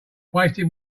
wasting